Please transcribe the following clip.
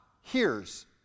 hears